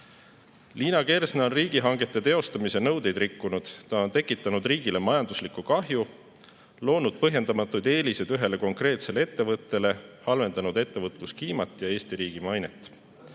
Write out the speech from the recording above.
Kersna on riigihangete teostamise nõudeid rikkunud. Ta on tekitanud riigile majanduslikku kahju, loonud põhjendamatuid eeliseid ühele konkreetsele ettevõttele, halvendanud ettevõtluskliimat ja Eesti riigi mainet.